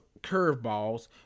curveballs